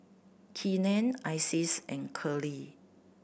Keenen Isis and Curley